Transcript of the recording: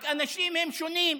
רק שאנשים הם שונים,